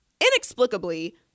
inexplicably